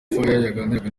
yaganiraga